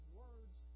words